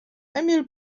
emil